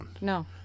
No